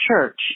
church